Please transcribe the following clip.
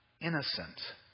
innocent